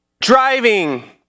driving